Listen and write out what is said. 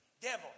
devil